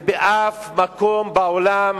ובאף מקום בעולם